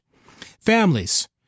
Families